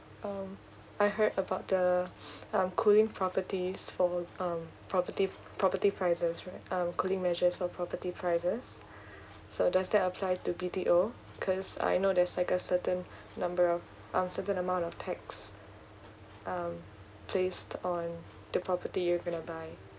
um I heard about the um cooling properties for um property property prices right um cooling measures for property prices so does that apply to B_T_O because uh you know there's like a certain number of um certain amount of tax um placed on the property you're gonna buy